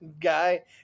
guy